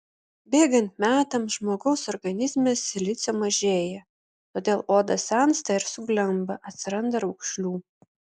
bėgant metams žmogaus organizme silicio mažėja todėl oda sensta ir suglemba atsiranda raukšlių